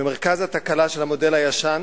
במרכז התקלה של המודל הישן